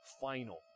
final